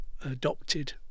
adopted